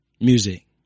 music